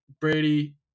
Brady